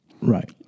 Right